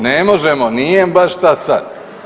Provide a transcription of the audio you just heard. Ne možemo, nije baš šta sad.